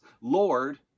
Lord